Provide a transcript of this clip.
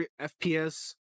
FPS